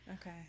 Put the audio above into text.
Okay